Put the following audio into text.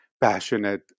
passionate